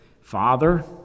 Father